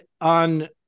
on